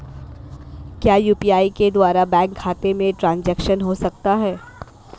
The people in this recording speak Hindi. क्या यू.पी.आई के द्वारा बैंक खाते में ट्रैन्ज़ैक्शन हो सकता है?